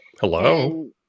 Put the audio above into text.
hello